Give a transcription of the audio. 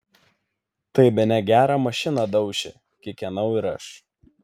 tai bene gerą mašiną dauši kikenau ir aš